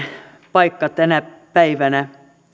paikka tänä päivänä